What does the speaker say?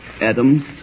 Adams